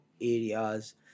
areas